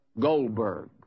Goldberg